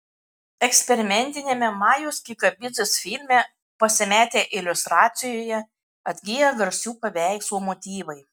eksperimentiniame majos kikabidzės filme pasimetę iliustracijoje atgyja garsių paveikslų motyvai